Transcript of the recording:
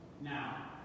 Now